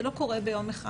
זה לא קורה ביום אחד.